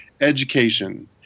education